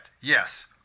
Yes